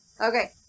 Okay